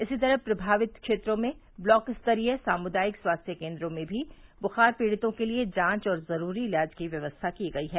इसी तरह प्रभावित क्षेत्रों में ब्लाक स्तरीय सामुदायिक स्वास्थ्य केन्द्रों में भी बुख़ार पीड़ितों के लिए जांच और ज़रूरी इलाज की व्यवस्था की गई है